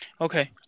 okay